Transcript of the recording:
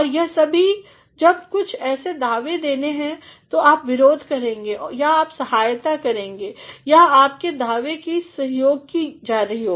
और यह सभी जब ऐसे कुछ दावे देने हैं या तो आप विरोध करेंगे या आप सहायता करेंगे या आपके दावे की सहयोग की जा रही है